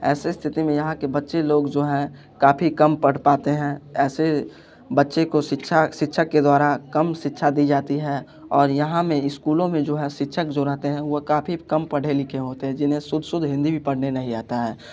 ऐसे स्थिति में यहाँ के बच्चे लोग जो हैं काफ़ी कम पढ़ पाते हैं ऐसे बच्चे को शिक्षा शिक्षक के द्वारा कम शिक्षा दी जाती है और यहाँ में स्कूलों में जो है शिक्षक जो रहते हैं वह काफ़ी कम पढ़े लिखे होते हैं जिन्हें शुद्ध शुद्ध हिंदी में पढ़ने नहीं आता है